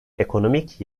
ekonomik